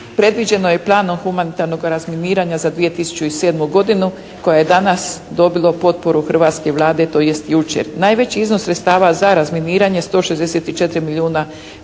Predviđeno je planom humanitarnog razminiranja za 2007. godinu koja je danas dobilo potporu hrvatske Vlade tj. jučer. Najveći iznos sredstava za razminiranje 164 milijuna